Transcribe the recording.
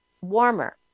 warmer